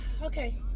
Okay